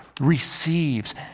receives